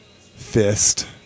fist